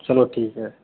चलो ठीक है